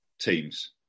teams